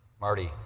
Marty